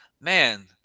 man